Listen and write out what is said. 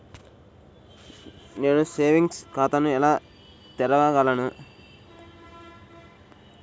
నేను సేవింగ్స్ ఖాతాను ఎలా తెరవగలను?